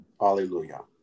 Hallelujah